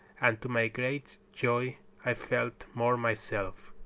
and to my great joy i felt more myself.